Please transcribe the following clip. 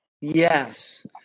Yes